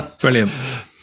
Brilliant